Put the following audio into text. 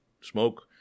smoke